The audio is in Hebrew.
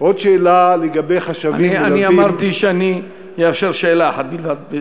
עוד שאלה לגבי, אמרתי שאאפשר שאלה אחת בלבד.